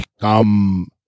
Come